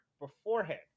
beforehand